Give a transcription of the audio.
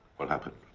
what happened?